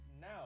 now